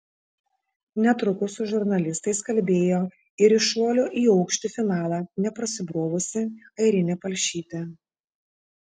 netrukus su žurnalistais kalbėjo ir į šuolio į aukštį finalą neprasibrovusi airinė palšytė